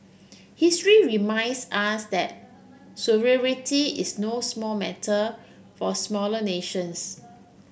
history reminds us that sovereignty is no small matter for smaller nations